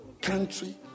country